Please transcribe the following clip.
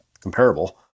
comparable